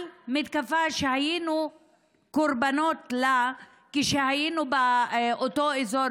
על מתקפה שהיינו קורבנות לה כשהיינו באותו אזור,